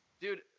dude